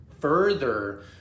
further